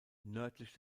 nördlich